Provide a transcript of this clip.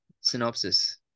synopsis